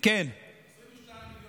מה התקציב?